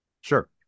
Sure